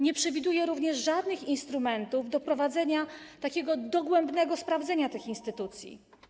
Nie przewiduje również żadnych instrumentów do wprowadzenia dogłębnego sprawdzenia tych instytucji.